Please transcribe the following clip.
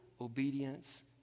obedience